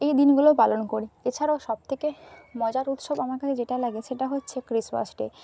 এই দিনগুলোও পালন করি এছাড়াও সবথেকে মজার উৎসব আমার কাছে যেটা লাগে সেটা হচ্ছে ক্রিসমাস ডে